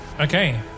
Okay